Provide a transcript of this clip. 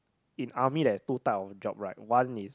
in army there's two type of job right one is